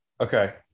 Okay